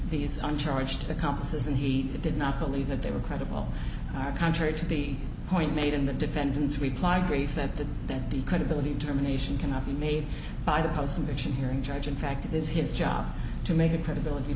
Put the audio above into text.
these on charged accomplices and he did not believe that they were credible are contrary to the point made in the defendant's reply grief that the that the credibility determination cannot be made by the postcondition hearing judge in fact it is his job to make a credibility